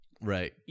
Right